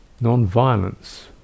non-violence